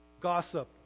Gossip